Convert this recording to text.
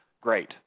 great